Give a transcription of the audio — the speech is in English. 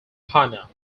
hanna